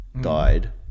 died